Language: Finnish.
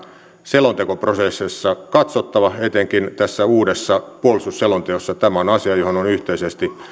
selontekoprosesseissa katsottava etenkin tässä uudessa puolustusselonteossa tämä on asia johon on yhteisesti